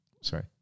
Sorry